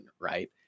right